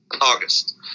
August